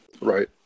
right